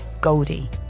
Goldie